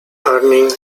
earning